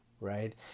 right